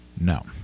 no